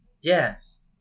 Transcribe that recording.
Yes